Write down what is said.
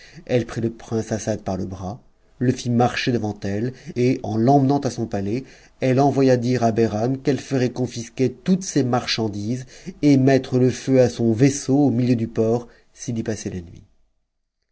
elle prit le prince assad par le bras le fit marcher devant elle et en l'emmenant à son palais elle envoya dire à behram qu'e f ferait confisquer toutes ses marchandises et mettre le feu à son vaisseau au milieu du port s'i y passait la nuit